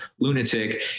lunatic